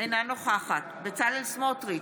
אינה נוכחת בצלאל סמוטריץ'